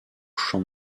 champ